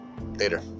Later